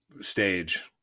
stage